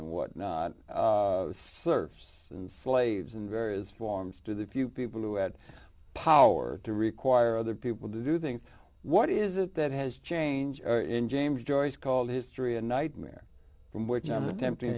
and whatnot serfs and slaves in various forms to the few people who had power to require other people to do things what is it that has changed in james joyce called history a nightmare from which on attempting